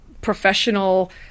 professional